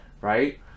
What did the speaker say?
Right